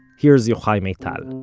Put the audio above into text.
here's yochai maital